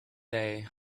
day